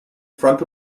front